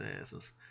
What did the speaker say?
asses